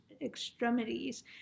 extremities